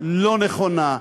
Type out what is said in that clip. לא נכונה.